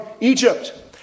Egypt